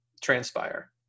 transpire